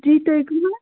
جی تُہۍ کُم حظ